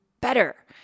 better